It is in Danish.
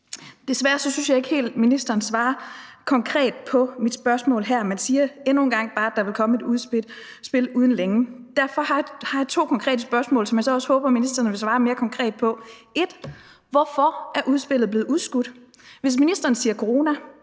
Desværre synes jeg ikke, ministeren svarer konkret på mit spørgsmål her, men siger bare endnu en gang, at der vil komme et udspil inden længe. Derfor har jeg to konkrete spørgsmål, som jeg så også håber, ministeren vil svare mere konkret på: 1) Hvorfor er udspillet blevet udskudt? Hvis ministeren siger på